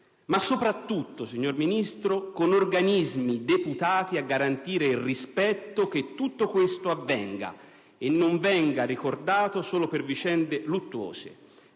Ma soprattutto, signor Ministro, con organismi deputati a garantire il rispetto che tutto questo avvenga e non sia ricordato solo per vicende luttuose